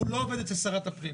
הוא לא עובד אצל שרת הפנים.